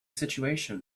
situation